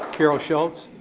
carol schultz.